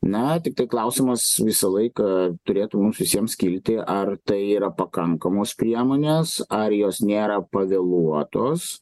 na tiktai klausimas visą laiką turėtų mums visiems kilti ar tai yra pakankamos priemonės ar jos nėra pavėluotos